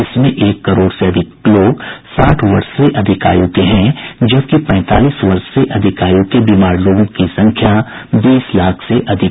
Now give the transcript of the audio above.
इसमें एक करोड़ से अधिक लोग साठ वर्ष से अधिक आयु के हैं जबकि पैंतालीस वर्ष से अधिक आयु के बीमार लोगों की संख्या बीस लाख से अधिक है